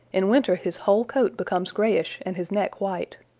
in winter his whole coat becomes grayish and his neck white.